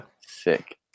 sick